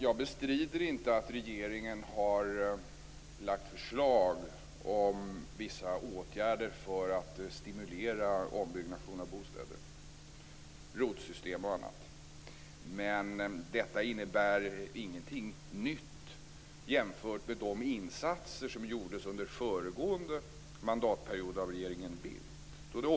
Jag bestrider inte att regeringen har lagt fram förslag om vissa åtgärder för att stimulera ombyggnad av bostäder, ROT-system och annat, men detta innebär ingenting nytt jämfört med de insatser som gjordes av regeringen Bildt under föregående mandatperiod.